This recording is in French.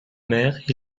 mer